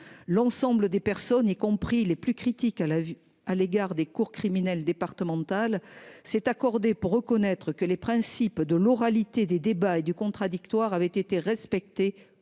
l'ensemble des personnes y compris les plus critiques à la vue à l'égard des cours criminelles départementales s'est accordé pour reconnaître que les principes de l'oralité des débats et du contradictoire avait été respectées